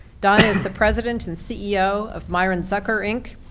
donna is the president and ceo of myron zucker, inc,